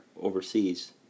overseas